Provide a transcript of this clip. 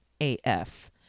AF